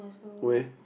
where